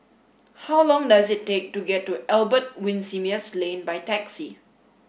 how long does it take to get to Albert Winsemius Lane by taxi